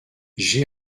j’ai